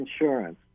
insurance